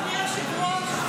אדוני היושב-ראש,